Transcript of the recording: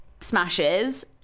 smashes